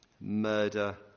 murder